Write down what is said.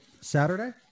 saturday